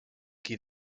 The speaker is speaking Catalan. qui